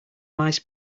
mice